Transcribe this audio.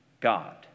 God